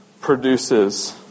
produces